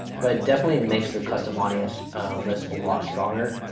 but it definitely makes your custom audience list a lot stronger.